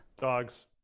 dogs